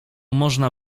można